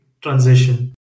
transition